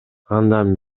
андан